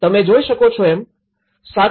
તમે જોઈ શકો છો એમ ૭